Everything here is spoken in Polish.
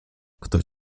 ktoś